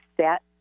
set